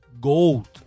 gold